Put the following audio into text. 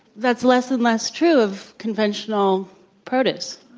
that's less and less true of conventional produce.